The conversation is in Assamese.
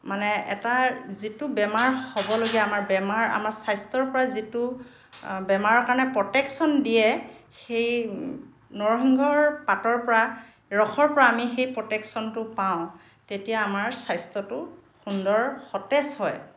মানে এটাৰ যিটো বেমাৰ হ'বলগীয়া আমাৰ বেমাৰ আমাৰ স্বাস্থ্যৰ পৰা যিটো বেমাৰ কাৰণে প্ৰটেকচন দিয়ে সেই নৰসিংহৰ পাতৰ পৰা ৰসৰ পৰা আমি সেই প্ৰটেকচনটো পাওঁ তেতিয়া আমাৰ স্বাস্থ্যটো সুন্দৰ সতেজ হয়